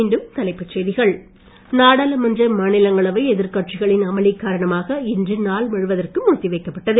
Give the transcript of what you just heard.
மீண்டும் தலைப்புச் செய்திகள் நாடாளுமன்ற மாநிலங்களவை எதிர்க்கட்சிகளின் அமளி காரணமாக இன்று நாள் முழுவதற்கும் ஒத்தி வைக்கப்பட்டது